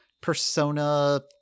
persona